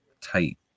tight